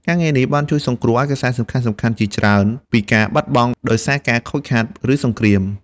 ការងារនេះបានជួយសង្គ្រោះឯកសារសំខាន់ៗជាច្រើនពីការបាត់បង់ដោយសារការខូចខាត ឬសង្គ្រាម។